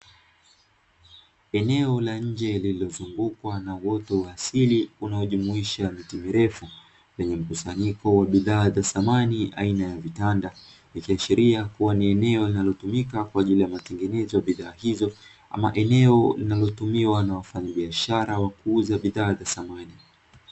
Eneo la nje lililozungukwa na uoto wa asili unaojumuisha miti mirefu lenye mkusanyiko wa bidhaa za samani aina ya vitanda, likiashiria kuwa ni eneo linalotumika kwa ajili ya matengenezo ya biadhaa hizo ama eneo linalotumiwa na wafanyabishara wa kuuza bidhaa za samani.